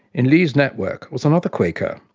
in lee's network was another quaker,